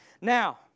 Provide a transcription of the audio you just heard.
Now